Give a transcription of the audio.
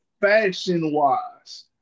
fashion-wise